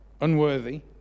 unworthy